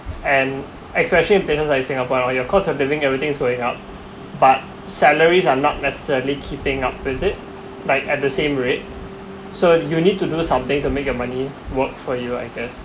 and especially expenses like singapore while your cost of living everything is going up but salaries are not necessarily keeping up with it like at the same rate so you need to do something to make your money work for you I guess